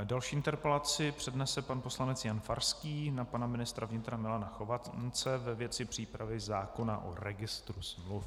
Další interpelaci přednese pan poslanec Jan Farský na pana ministra vnitra Milana Chovance ve věci přípravy zákona o registru smluv.